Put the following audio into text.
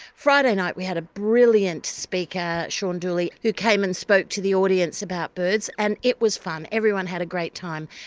friday night we had a brilliant speaker, sean dooley, who came and spoke to the audience about birds. and it was fun. everyone had a great time.